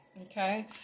Okay